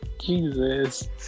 Jesus